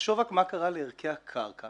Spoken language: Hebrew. תחשוב רק מה קרה לערכי הקרקע